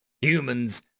Humans